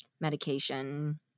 medication